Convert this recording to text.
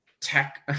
tech